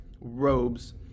robes